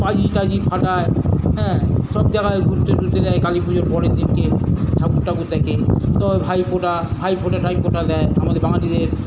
বাজি টাজি ফাটায় হ্যাঁ সব জাগায় ঘুরতে টুরতে যায় কালী পুজোর পরের দিনকে ঠাকুর টাকুর দেখে তারপর ভাইফোঁটা ভাইফোঁটা টাইফোঁটা দেয় আমাদের বাঙালিদের